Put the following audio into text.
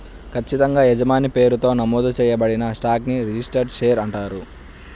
ఖచ్చితంగా యజమాని పేరుతో నమోదు చేయబడిన స్టాక్ ని రిజిస్టర్డ్ షేర్ అంటారు